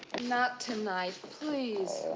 not tonight, please!